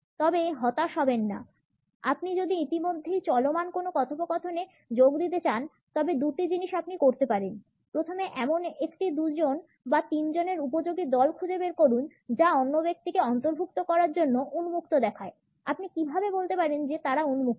তবে হতাশ হবেন না আপনি যদি ইতিমধ্যেই চলমান কোনো কথোপকথনে যোগ দিতে চান তবে দুটি জিনিস আপনি করতে পারেন প্রথমে এমন একটি দুইজন বা তিনজনের উপযোগী দল খুঁজে বের করুন যা অন্য ব্যক্তিকে অন্তর্ভুক্ত করার জন্য উন্মুক্ত দেখায় আপনি কীভাবে বলতে পারেন যে তারা উন্মুক্ত